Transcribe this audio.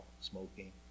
smoking